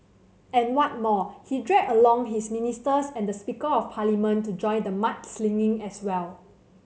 and what more he dragged along his ministers and the Speaker of Parliament to join the mudslinging as well